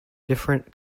different